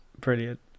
brilliant